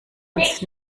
uns